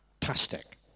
fantastic